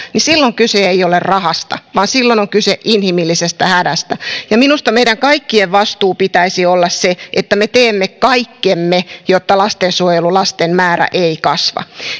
niin silloin kyse ei ole rahasta vaan silloin on kyse inhimillisestä hädästä minusta meidän kaikkien vastuun pitäisi olla se että me teemme kaikkemme jotta lastensuojelulasten määrä ei kasva